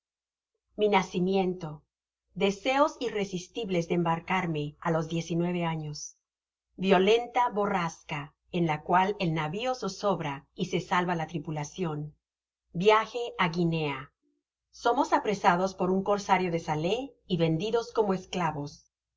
mi nacimiento deseos irresistibles de embarcarme a los años violenta borrasca en la cual el navio zozobra y se salva la tripulacion viaje a guinea somos apresados por un corsario de sale y vendidos como esclavos